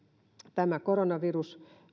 tämä koronavirus